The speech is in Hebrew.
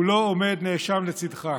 הוא לא עומד נאשם לצידך.